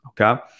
okay